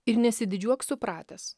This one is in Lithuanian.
ir nesididžiuok supratęs